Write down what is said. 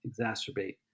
exacerbate